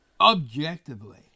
objectively